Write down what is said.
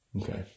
Okay